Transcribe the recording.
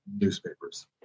newspapers